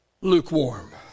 lukewarm